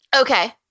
Okay